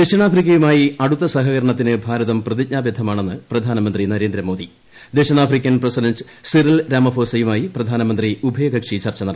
ദക്ഷിണാഫ്രിക്കയുമായി അടുത്ത സ്ഹകരണത്തിന് ഭാരതം പ്രതിജ്ഞാബദ്ധമാണെന്ന് പ്രധാനമന്ത്രി നരേന്ദ്രമോദി ദക്ഷിണാഫ്രിക്കൻ പ്രസിഡന്റ് സിറിൾ രാമഫോസയുമായി പ്രധാനമന്ത്രി ഉഭയകക്ഷി ചർച്ച നടത്തി